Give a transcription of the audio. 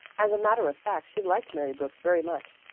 as a matter of fact she liked mary brooks very much,